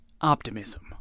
optimism